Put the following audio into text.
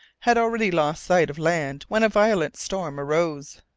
had already lost sight of land when a violent storm arose.